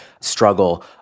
struggle